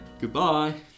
Goodbye